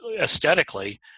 aesthetically